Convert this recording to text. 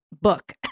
book